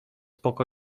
poko